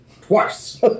twice